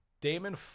Damon